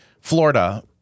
Florida